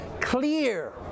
clear